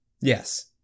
Yes